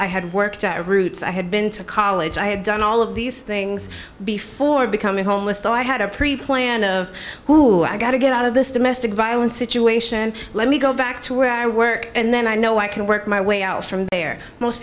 i had worked out routes i had been to college i had done all of these things before becoming homeless so i had a pre planned of who i got to get out of this domestic violence situation let me go back to where i work and then i know i can work my way out from there most